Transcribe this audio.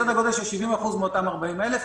סדר גודל של 70% מאותן 40,000 הבקשות.